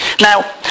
Now